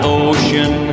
ocean